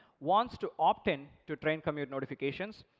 wants to opt in to train commute notifications.